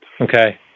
Okay